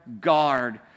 guard